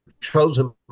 chosen